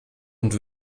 und